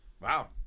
Wow